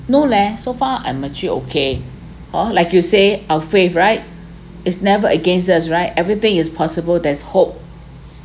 no leh so far I'm actually okay hor like you say our faith right is never against us right everything is possible there is hope